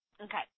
Okay